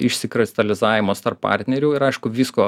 išsikristalizavimas tarp partnerių ir aišku visko